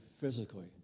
physically